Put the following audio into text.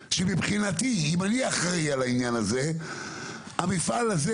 מבחינתי אם אני אחראי על העניין הזה, המפעל הזה